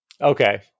Okay